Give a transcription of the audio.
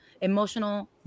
emotional